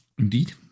indeed